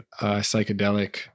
psychedelic